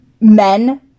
men